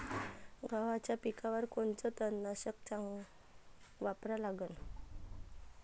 गव्हाच्या पिकावर कोनचं तननाशक वापरा लागन?